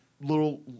little